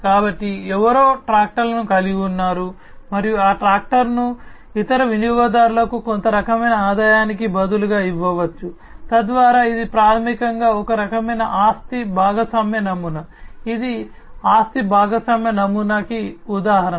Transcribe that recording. కాబట్టి ఎవరో ట్రాక్టర్ను కలిగి ఉన్నారు మరియు ఆ ట్రాక్టర్ను ఇతర వినియోగదారులకు కొంత రకమైన ఆదాయానికి బదులుగా ఇవ్వవచ్చు తద్వారా ఇది ప్రాథమికంగా ఒక రకమైన ఆస్తి భాగస్వామ్య నమూనా ఇది ఆస్తి భాగస్వామ్య నమూనాకు ఉదాహరణ